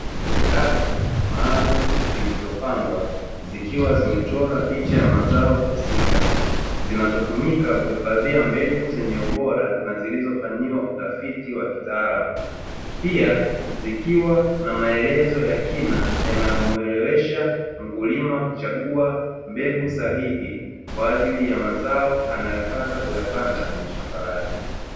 Rafu maalumu zilizopangwa zikiwa zimechorwa picha ya mazao husika, zinazotumika kuhifadhia mbegu zenye ubora na zilizofanyiwa utafiti wa kitaalamu, pia zikiwa na maelezo ya kina yanayomwelewesha mkulima kuchagua mbegu sahihi, kwa ajili ya mazao anayotaka kuyapanda kwenye shamba lake.